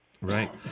Right